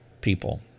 people